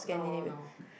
no no